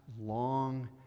long